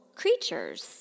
Creatures